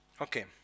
Okay